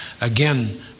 again